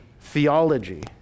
theology